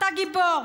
אתה גיבור.